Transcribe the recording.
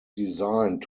designed